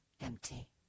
empty